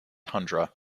tundra